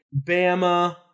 Bama